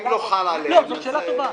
אם לא חל עליהם --- זאת שאלה טובה.